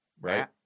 Right